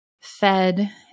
fed